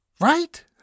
Right